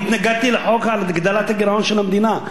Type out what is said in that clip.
אני התנגדתי לחוק הגדלת הגירעון של המדינה.